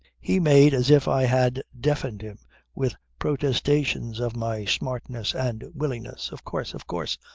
he made as if i had deafened him with protestations of my smartness and willingness. of course, of course.